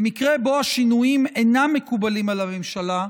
במקרה שבו השינויים אינם מקובלים על הממשלה,